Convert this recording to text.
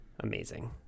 Amazing